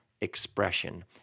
expression